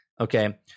Okay